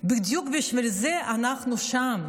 בדיוק בשביל זה אנחנו שם.